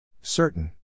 Certain